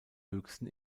höchsten